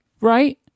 right